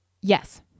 Yes